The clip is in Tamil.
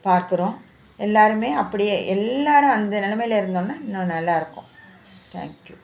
பார்க்குறோம் எல்லோருமே அப்படியே எல்லோரும் அந்த நிலமையில இருந்தோம்ன்னா இன்னும் நல்லாயிருக்கும் தேங்க் கியூ